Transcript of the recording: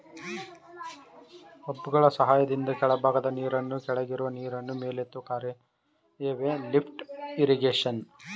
ಪಂಪ್ಗಳ ಸಹಾಯದಿಂದ ಕೆಳಭಾಗದ ನೀರನ್ನು ಕೆಳಗಿರುವ ನೀರನ್ನು ಮೇಲೆತ್ತುವ ಕಾರ್ಯವೆ ಲಿಫ್ಟ್ ಇರಿಗೇಶನ್